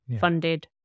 funded